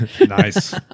Nice